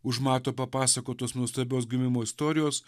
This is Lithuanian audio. už mato papasakotos nuostabios gimimo istorijos